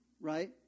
Right